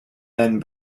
then